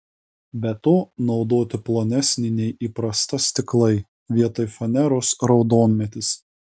be to naudoti plonesni nei įprasta stiklai vietoj faneros raudonmedis